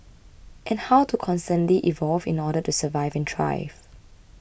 and how to constantly evolve in order to survive and thrive